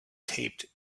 taped